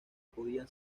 podían